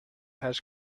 has